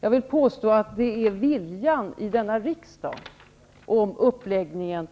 Jag vill påstå att det är viljan i denna riksdag när det gäller uppläggningen